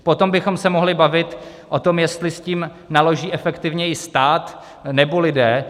Potom bychom se mohli bavit o tom, jestli s tím naloží efektivněji stát, nebo lidé.